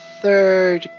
third